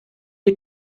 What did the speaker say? die